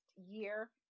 year